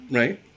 right